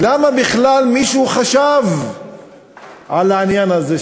למה בכלל מישהו חשב על העניין הזה,